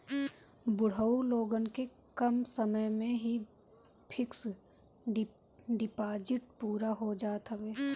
बुढ़ऊ लोगन के कम समय में ही फिक्स डिपाजिट पूरा हो जात हवे